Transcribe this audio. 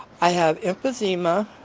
i have emphysema.